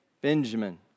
Benjamin